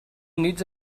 nits